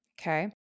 Okay